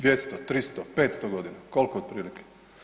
200, 300, 500 godina, koliko otprilike?